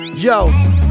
Yo